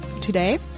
today